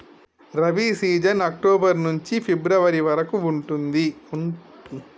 rabi season October నుంచి February వరకు ఉంటది